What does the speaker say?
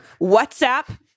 WhatsApp